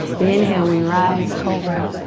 inhale, we rise, cobra.